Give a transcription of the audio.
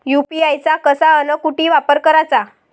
UPI चा कसा अन कुटी वापर कराचा?